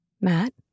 Matt